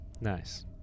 Nice